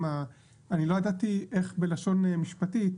אני לא ידעתי איך בלשון משפטית,